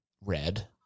red